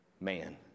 man